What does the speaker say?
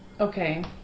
Okay